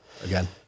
again